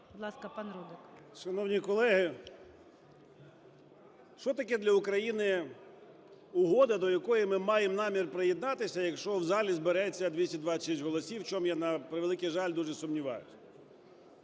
Шановні колеги, що таке для України угода, до якої ми маємо намір приєднатися, якщо у залі збереться 226 голосів, у чому я, на превеликий жаль, дуже сумніваюсь?